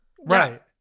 Right